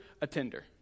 attender